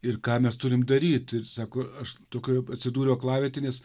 ir ką mes turim daryt ir sako aš tokioj atsidūriau aklavietėj nes